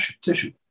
tissue